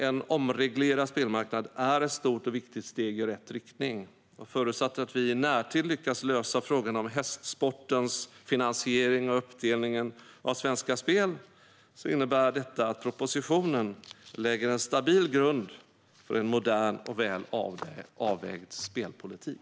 En omreglerad spelmarknad är ett stort och viktigt steg i rätt riktning, och förutsatt att vi i närtid lyckas lösa frågan om hästsportens finansiering och uppdelningen av Svenska Spel innebär detta att propositionen lägger en stabil grund för en modern och väl avvägd spelpolitik.